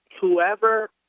whoever